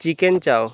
chicken chow